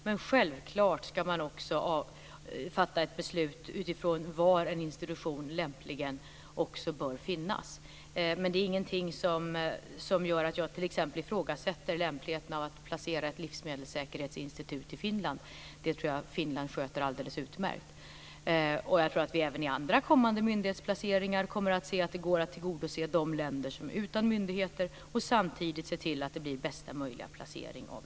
Men självklart ska man också fatta ett beslut utifrån var en institution lämpligen också bör finnas. Det är ingenting som gör att jag t.ex. ifrågasätter lämpligheten av att placera ett livsmedelssäkerhetsinstitut i Finland. Det tror jag att Finland sköter alldeles utmärkt. Jag tror att vi även vid andra kommande myndighetsplaceringar kommer att se att det går att tillgodo se de länder som är utan myndigheter och att samtidigt se till att det blir bästa möjliga placering av